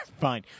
Fine